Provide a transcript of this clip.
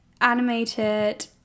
animated